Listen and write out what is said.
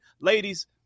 Ladies